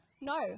No